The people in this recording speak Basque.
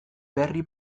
berri